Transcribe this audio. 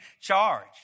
charge